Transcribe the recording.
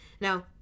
Now